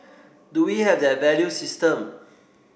do we have that value system